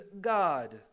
God